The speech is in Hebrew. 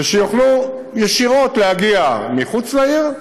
ושיוכלו להגיע ישירות מחוץ לעיר,